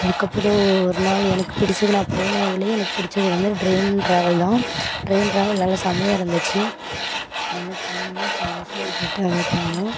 அதுக்கப்புறம் ஒரு நாள் எனக்கு பிடித்தது நான் போன இதுலேயே எனக்கு பிடித்தது வந்து இந்த ட்ரெயின் டிராவல் தான் ட்ரெயின் டிராவல் நல்ல செமையாக இருந்துச்சு நல்ல பேமிலியாக சந்தோஸமாக போய்ட்டு வந்துகிட்டு இருந்தோம்